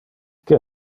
que